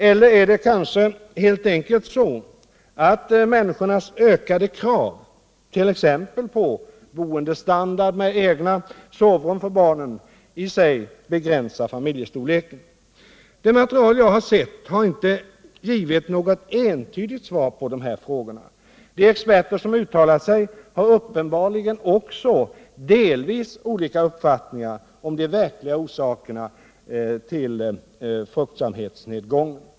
Eller är det kanske helt enkelt så, att människornas ökade krav —t.ex. på boendestandard med egna sovrum för barnen — i sig begränsar familjestorleken? Det material jag har sett har inte givit något entydigt svar på dessa frågor. De experter som uttalat sig har uppenbarligen också delvis olika uppfattning om de verkliga orsakerna till fruktsamhetsnedgången.